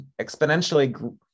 exponentially